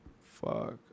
fuck